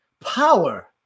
power